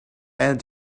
end